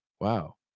Wow